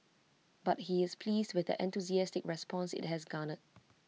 but he is pleased with the enthusiastic response IT has garnered